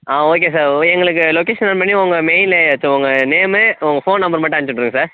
ஆ okay sir ஓ எங்களுக்கு location on பண்ணி உங்கள் மெயில்லு எடுத்துக்கோங்க நேம்மு உங்கள் ஃபோன் நம்பர் மட்டும் அனுப்பிச்சி விட்ருங்க சார்